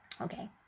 Okay